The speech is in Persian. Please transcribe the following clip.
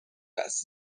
است